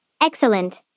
Excellent